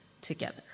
together